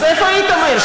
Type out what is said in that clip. אז איפה היית, מאיר?